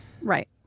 right